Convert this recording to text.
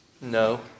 No